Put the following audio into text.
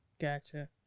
Gotcha